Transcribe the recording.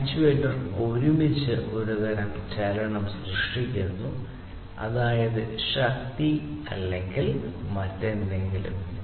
actuator ഒരുമിച്ച് ഒരു തരം ചലനം സൃഷ്ടിക്കുന്നു അതായത് ശക്തി അല്ലെങ്കിൽ മറ്റെന്തെങ്കിലും